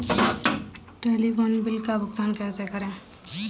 Telephone bill का भुगतान कैसे करें?